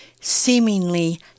seemingly